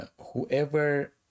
Whoever